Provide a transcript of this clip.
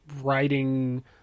writing